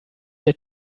der